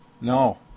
No